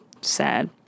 sad